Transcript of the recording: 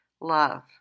Love